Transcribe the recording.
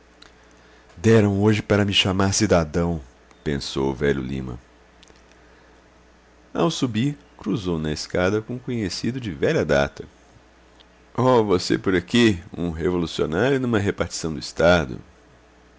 deram hoje para me chamar cidadão pensou o velho lima ao subir cruzou na escada com um conhecido de velha data oh você por aqui um revolucionário numa repartição do estado